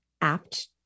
apt